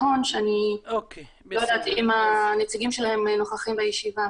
הון שאני לא יודעת אם הנציגים שלהם נוכחים בישיבה.